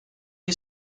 you